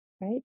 right